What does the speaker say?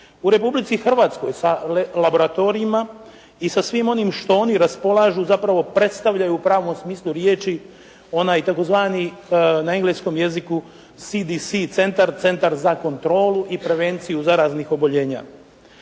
U Republici Hrvatskoj sa laboratorijima i sa svim onim što oni raspolažu zapravo predstavljaju u pravom smislu riječi onaj tzv. na engleskom jeziku «CDC Centar», Centar za kontrolu i prevenciju zaraznih oboljenja.